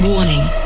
Warning